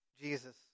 Jesus